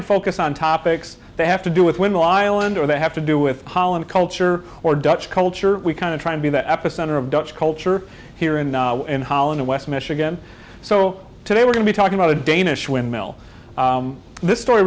and focus on topics they have to do with when the island or they have to do with holland culture or dutch culture we kind of try to be the epicenter of dutch culture here in holland in west michigan so today we're going to talk about a danish windmill this story